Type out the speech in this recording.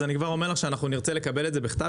אני כבר אומר לך שאנחנו נרצה לקבל את זה בכתב,